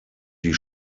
die